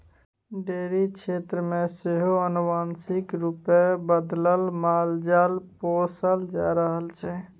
dairy क्षेत्र मे सेहो आनुवांशिक रूपे बदलल मालजाल पोसल जा रहल छै